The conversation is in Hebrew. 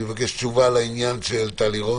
אני מבקש תשובה לעניין שהעלתה לירון.